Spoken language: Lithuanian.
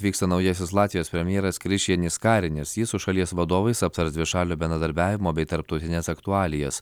atvyksta naujasis latvijos premjeras krišjanis karinis jis su šalies vadovais aptars dvišalio bendradarbiavimo bei tarptautines aktualijas